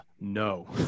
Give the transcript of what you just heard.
No